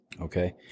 Okay